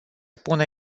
pune